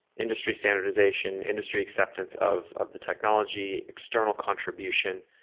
industry standardization, industry acceptance of of the technology, external contribution.